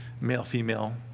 Male-female